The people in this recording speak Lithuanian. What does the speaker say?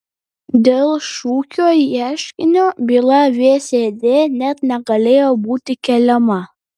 dėl šukio ieškinio byla vsd net negalėjo būti keliama